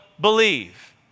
believe